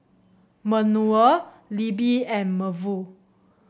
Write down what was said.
Manuel Libbie and Maeve